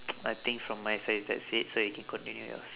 I think from my side is that's it so you can continue yours